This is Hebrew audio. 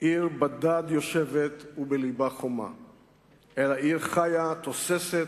עיר בדד יושבת ובלבה חומה, אלא עיר חיה, תוססת,